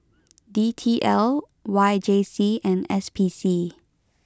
D T L Y J C and S P C